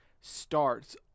starts